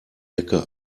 jacke